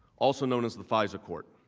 also known as the pfizer court.